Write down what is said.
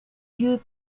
yeux